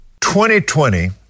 2020